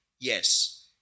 Yes